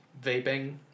vaping